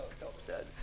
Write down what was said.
כן.